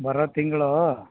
ಬರೋ ತಿಂಗಳು